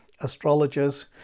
astrologers